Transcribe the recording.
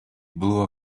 blow